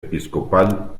episcopal